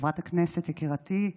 חברת הכנסת, יקירתי,